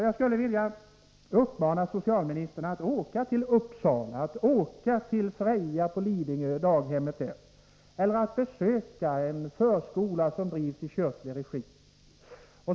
Jag skulle vilja uppmana socialministern att åka till Uppsala eller till Freja-daghemmet på Lidingö eller att besöka en förskola som drivs i kyrklig regi.